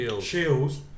Shields